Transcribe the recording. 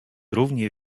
równie